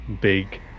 big